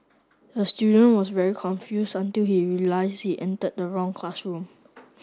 the student was very confused until he realised he entered the wrong classroom